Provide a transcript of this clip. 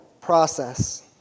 process